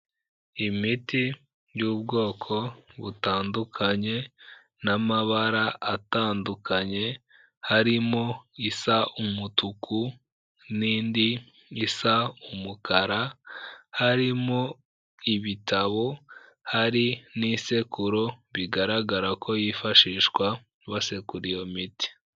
Imiti y'ubwoko butandukanye n'amabara atandukanye, harimo isa umutuku n'indi isa umukara, harimo ibitabo, hari n'isekuro bigaragara ko yifashishwa basekura iyo miti.